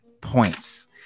points